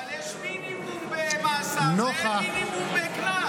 אבל יש מינימום במאסר ואין מינימום בקנס.